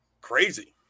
crazy